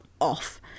off